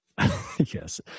Yes